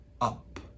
up